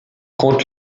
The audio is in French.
compte